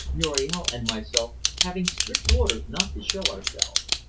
muriel and myself having strict orders not to show ourselves.